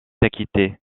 acquitté